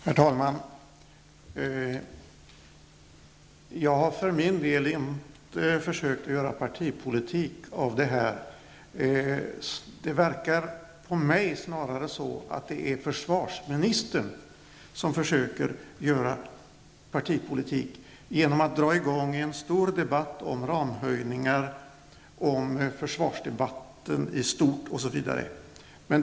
Herr talman! Jag har för min del inte försökt att göra partipolitik av detta. Det verkar för mig snarare så att det är försvarsministern som försöker göra partipolitik genom att dra i gång en stor debatt om ramhöjningar, om försvaret i stort osv.